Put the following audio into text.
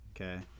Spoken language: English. Okay